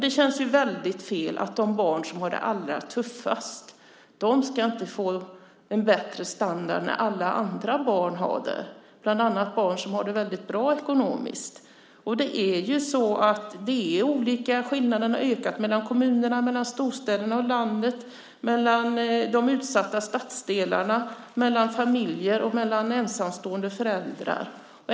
Det känns ju väldigt fel att de barn som har det allra tuffast inte ska få en bättre standard när alla andra barn får det, bland annat barn som har det väldigt bra ekonomiskt. Skillnaderna har ju ökat mellan kommunerna, mellan storstäderna och landet, mellan de utsatta stadsdelarna, mellan familjer och ensamstående föräldrar.